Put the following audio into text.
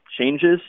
changes